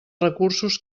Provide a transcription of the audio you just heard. recursos